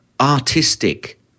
artistic